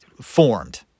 Formed